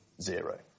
zero